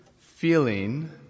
feeling